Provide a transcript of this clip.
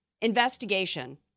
investigation